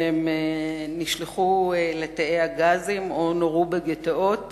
והם נשלחו לתאי הגזים או נורו בגטאות